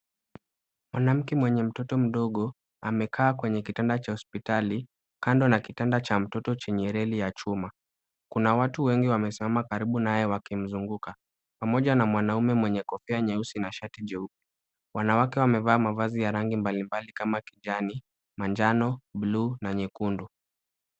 Mwanamke mwenye mtoto mdogo amekaa kwenye kitanda cha hospitali kando na kitanda cha mtoto chenye reli ya chuma. Kuna watu wengi wamesimama karibu naye wakimzunguka. Pamoja na mwanaume mwenye kofia nyeusi na shati jeupe. Wanawake wamevaa mavazi ya rangi mbalimbali kama kijani, manjano, buluu, na nyekundu.